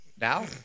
now